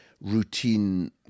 routine